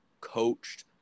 coached